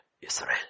Israel